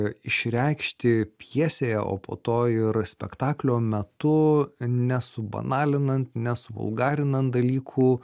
išreikšti pjesėje o po to ir spektaklio metu nesubanalinant nesuvulgarinant dalykų